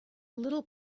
little